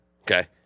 okay